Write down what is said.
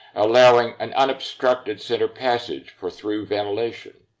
allowing an unobstructed center passage for through ventilation.